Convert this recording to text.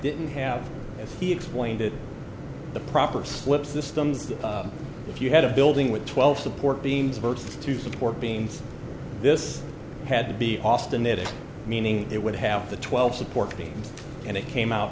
didn't have as he explained it the proper slip systems that if you had a building with twelve support beams averts to support beams this had to be austin it meaning it would have the twelve support beams and it came out